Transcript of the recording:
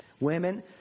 women